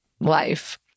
life